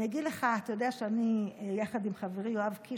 אתה יודע שאני יחד עם חברי יואב קיש,